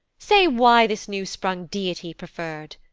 say why this new sprung deity preferr'd?